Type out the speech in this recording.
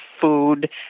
food